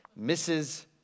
Mrs